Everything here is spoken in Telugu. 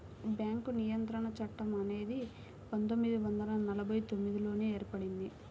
బ్యేంకు నియంత్రణ చట్టం అనేది పందొమ్మిది వందల నలభై తొమ్మిదిలోనే ఏర్పడింది